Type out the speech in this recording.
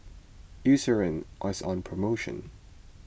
Eucerin is on promotion